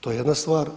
To je jedna stvar.